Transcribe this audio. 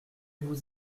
vous